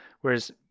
Whereas